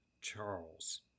Charles